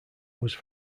was